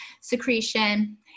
secretion